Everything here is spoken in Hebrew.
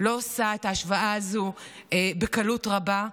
לא עושה את ההשוואה הזאת בקלות רבה,